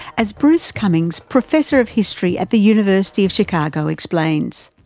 as bruce cumings, professor of history at the university of chicago explains.